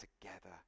together